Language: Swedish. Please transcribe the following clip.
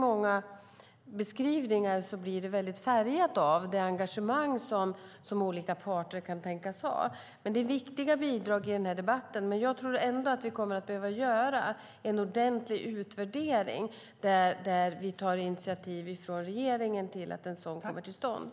Många beskrivningar blir väldigt färgade av det engagemang som olika parter kan tänkas ha. Det är viktiga bidrag i debatten. Jag tror ändå att vi kommer att behöva göra en ordentlig utvärdering, och regeringen tar initiativ till att en sådan kommer till stånd.